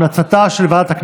13 בעד,